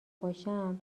باشم